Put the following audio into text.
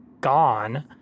gone